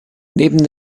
neben